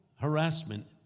harassment